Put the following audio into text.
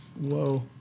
Whoa